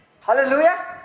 Hallelujah